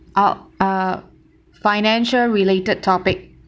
oh uh financial related topic